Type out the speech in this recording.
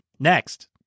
Next